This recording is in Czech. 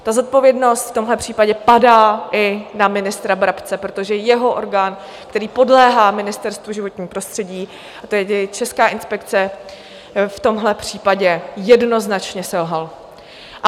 Ta zodpovědnost v tomhle případě padá i na ministra Brabce, protože jeho orgán, který podléhá Ministerstvu životního prostředí, a to je tedy Česká inspekce, v tomhle případě jednoznačně selhal.